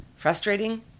Frustrating